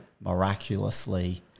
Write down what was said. miraculously